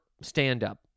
stand-up